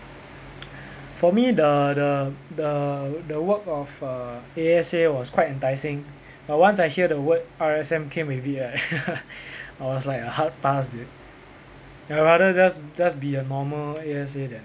for me the the the the work of uh A_S_A was quite enticing but once I hear word R_S_M came with it right I was like a hard pass dude I rather just just be a normal A_S_A than